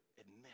admit